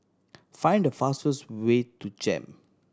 find the fastest way to JEM